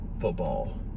football